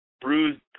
bruised